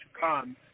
come